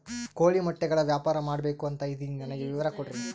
ಕೋಳಿ ಮೊಟ್ಟೆಗಳ ವ್ಯಾಪಾರ ಮಾಡ್ಬೇಕು ಅಂತ ಇದಿನಿ ನನಗೆ ವಿವರ ಕೊಡ್ರಿ?